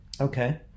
Okay